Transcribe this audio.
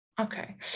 Okay